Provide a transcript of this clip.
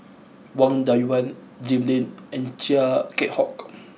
Wang Dayuan Jim Lim and Chia Keng Hock